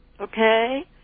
Okay